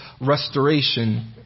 restoration